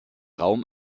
raum